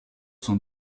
sont